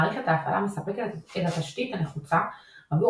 מערכת ההפעלה מספקת את התשתית הנחוצה עבור